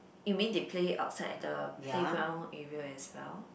you mean they play outside at the playground area as well